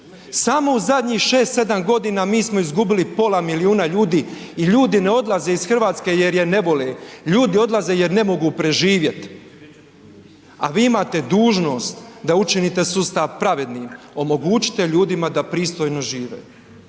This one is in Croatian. samo u zadnjih 6-7 godina mi izgubili pola miliona ljudi i ljudi ne odlaze iz Hrvatske jer je ne vole, ljudi odlaze je ne mogu preživjet, a vi imate dužnost da učinite sustav pravednim. Omogućite ljudima da pristojno žive.